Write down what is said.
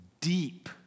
deep